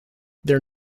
there